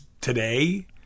today